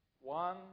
One